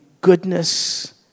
goodness